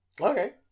Okay